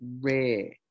rare